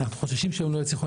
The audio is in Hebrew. אנחנו חוששים שהם לא יצליחו,